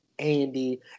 Andy